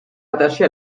rattachée